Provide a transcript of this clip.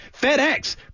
FedEx